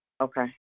Okay